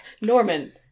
Norman